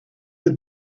had